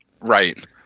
right